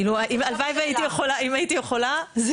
אם הייתי יכולה זה